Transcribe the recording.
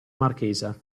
marchesa